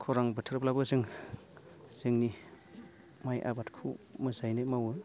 खरां बोथोरब्लाबो जों जोंनि माइ आबादखौ मोजाङैनो मावो